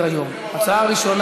עשתה כך.